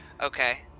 Okay